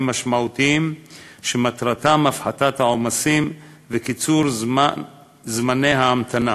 משמעותיים שמטרתם הפחתת העומסים וקיצור זמני ההמתנה.